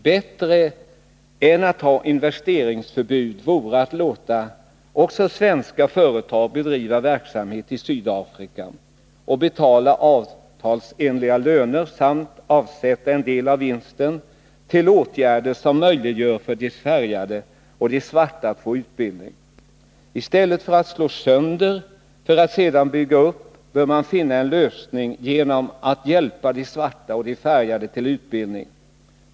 Bättre än att förbjuda investeringar vore att låta också svenska företag bedriva verksamhet i Sydafrika, betala avtalsenliga löner och avsätta en del av vinsten till åtgärder som möjliggör för de färgade och de svarta att få utbildning. I stället för att slå sönder för att sedan bygga upp bör man finna en lösning som hjälper de svarta och de färgade till utbildning.